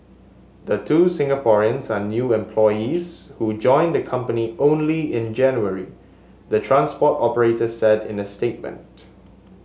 the two Singaporeans are new employees who joined the company only in January the transport operator said in a statement